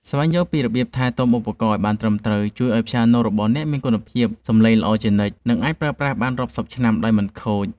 ស្វែងយល់ពីរបៀបថែទាំឧបករណ៍ឱ្យបានត្រឹមត្រូវជួយឱ្យព្យ៉ាណូរបស់អ្នកមានគុណភាពសម្លេងល្អជានិច្ច និងអាចប្រើប្រាស់បានរាប់សិបឆ្នាំដោយមិនខូច។